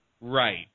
Right